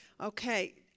Okay